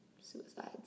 suicides